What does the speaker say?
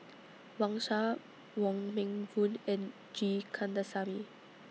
Wang Sha Wong Meng Voon and G Kandasamy